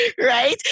right